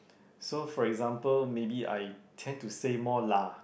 so for example maybe I tend to say more lah